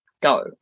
go